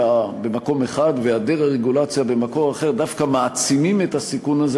במקום אחד והיעדר הרגולציה במקום אחר דווקא מעצימים את הסיכון הזה,